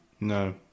No